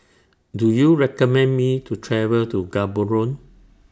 Do YOU recommend Me to travel to Gaborone